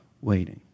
waiting